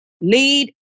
lead